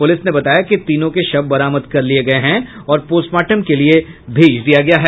police ने बताया कि तीनों के शव बरामद कर लिये गये हैं और पोस्टमार्टम के लिए भेज दिया गया है